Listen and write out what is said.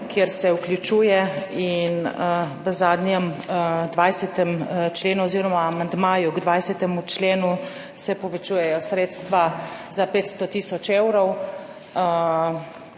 kjer se vključuje in v zadnjem, 20.členu oziroma amandmaju k dvajsetemu členu se povečujejo sredstva za 500 tisoč evrov.